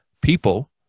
people